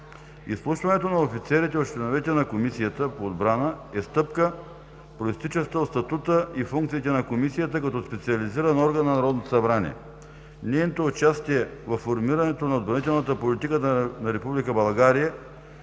Изслушването на офицерите от членовете на Комисията по отбрана е стъпка, произтичаща от статута и функциите на Комисията, като специализиран орган на Народното събрание. Нейното участие във формирането на отбранителната политика на